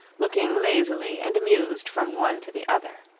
looking lazily and amused from one to the other.